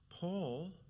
Paul